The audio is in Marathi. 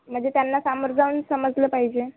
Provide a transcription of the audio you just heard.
म्हणजे त्यांना समोर जाऊन समजलं पाहिजे